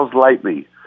lightly